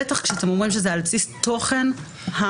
בטח כשאתם אומרים שזה על בסיס תוכן השלט,